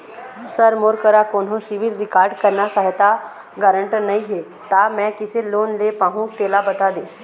sir मोर करा कोन्हो सिविल रिकॉर्ड करना सहायता गारंटर नई हे ता मे किसे लोन ले पाहुं तेला बता दे